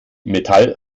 metall